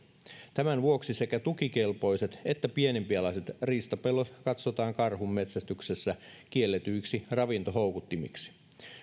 tämän vuoksi sekä tukikelpoiset että pienempialaiset riistapellot katsotaan karhunmetsästyksessä kielletyiksi ravintohoukuttimiksi